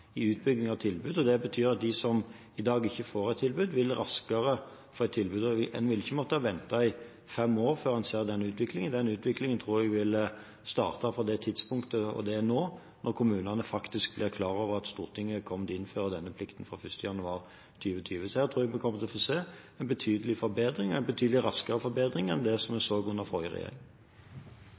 i utbyggingen av tilbudet. Det betyr at de som i dag ikke får et tilbud, raskere vil få et tilbud. Og en vil ikke måtte vente i fem år før en ser en slik utvikling. Den utviklingen tror jeg vil starte fra det tidspunktet – og det er nå – kommunene blir klar over at Stortinget kommer til å innføre denne plikten fra 1. januar 2020. Jeg tror vi vil få se en betydelig raskere forbedring enn det en så under forrige regjering.